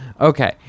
Okay